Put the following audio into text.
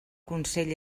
consell